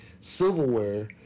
silverware